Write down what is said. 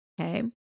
Okay